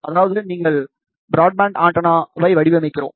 அதாவது நாங்கள் பிராட்பேண்ட் ஆண்டெனாவை வடிவமைக்கிறோம்